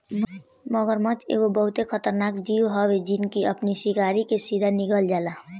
मगरमच्छ एगो बहुते खतरनाक जीव हवे जवन की अपनी शिकार के सीधा निगल जाला